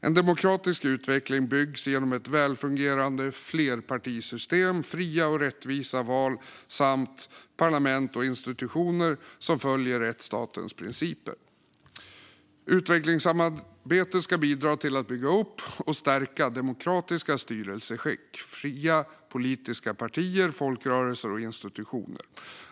En demokratisk utveckling byggs genom ett välfungerande flerpartisystem, fria och rättvisa val samt parlament och institutioner som följer rättsstatens principer. Utvecklingssamarbetet ska bidra till att bygga upp och stärka demokratiska styrelseskick, fria politiska partier, folkrörelser och institutioner.